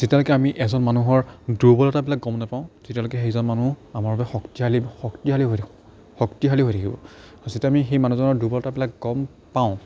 যেতিয়ালৈকে আমি এজন মানুহৰ দুৰ্বলতাবিলাক গম নেপাওঁ তেতিয়ালৈকে সেইজন মানুহ আমাৰ বাবে শক্তিশালী শক্তিশালী হৈ থাকে শক্তিশালী হৈ থাকিব যেতিয়া আমি সেই মানুহজনৰ দুৰ্বলতাবিলাক গম পাওঁ